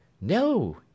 No